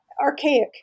Archaic